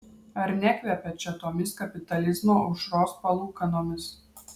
ar nekvepia čia tomis kapitalizmo aušros palūkanomis